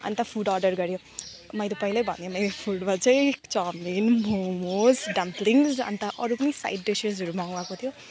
अन्त food order गर्यो मैले पहिल्यै भने फुडमा चाहिँ चाउमिन मोमोज डम्पलिङ्स अन्त अरू पनि फ्राइड डिसेसहरू मगाएको थियो